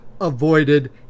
avoided